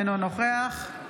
אינו נוכח אופיר כץ, נגד